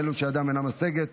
לאלו שידם אינה משגת,